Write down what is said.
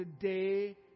today